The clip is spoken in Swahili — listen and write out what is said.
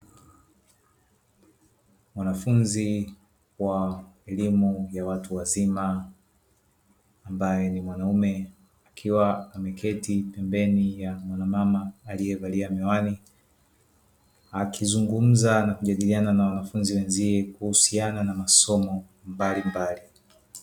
Mwanafunzi wa elimu ya watu wazima ambaye ni mwanaume akiwa ameketi pembeni ya mwanamama aliyevalia miwani, akizungumza na kujadiliana na wanafunzi wenziye kuhusiana na masomo mbalimbali.